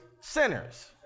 sinners